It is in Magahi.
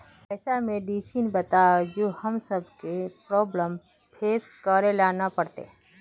ऐसन मेडिसिन बताओ जो हम्मर सबके प्रॉब्लम फेस करे ला ना पड़ते?